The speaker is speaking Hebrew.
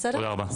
תודה רבה.